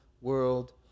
world